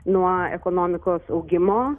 nuo ekonomikos augimo